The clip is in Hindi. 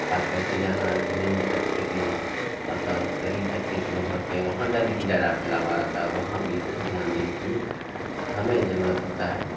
ख़ास करके जहाँ निम्न तबके की मतलब गरीब तबके के लोग रहते हैं वहाँ गंदगी ज़्यादा फैली हुई रहती है वहाँ विशेष ध्यान देने की हमें ज़रूरत होती है